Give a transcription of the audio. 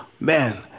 Man